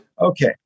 Okay